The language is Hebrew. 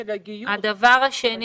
הדבר השני